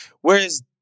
whereas